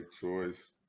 choice